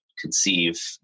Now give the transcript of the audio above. conceive